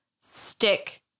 stick